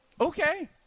Okay